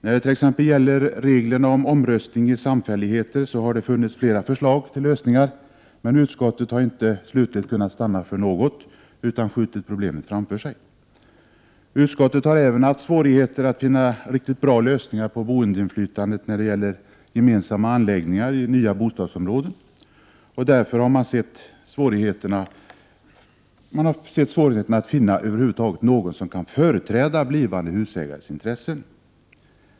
När det t.ex. gäller reglerna för omröstning i samfälligheter har det funnits flera förslag till lösningar, men utskottet har inte slutgiltigt kunnat stanna för något utan skjutit problemen framför sig. Utskottet har även haft svårigheter att finna riktigt bra lösningar för boendeinflytandet när det gäller gemensamma anläggningar i nya bostadsområden. Det har varit svårt att över huvud taget finna någon som kan företräda blivande husägares intressen.